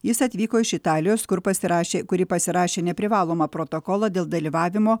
jis atvyko iš italijos kur pasirašė kurį pasirašė neprivalomą protokolą dėl dalyvavimo